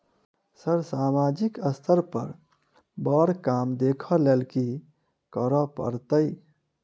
Sir सामाजिक स्तर पर बर काम देख लैलकी करऽ परतै?